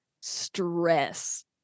stress